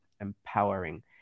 empowering